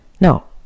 No